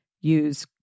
Use